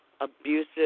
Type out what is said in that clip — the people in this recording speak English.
abusive